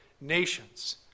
nations